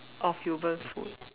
of human food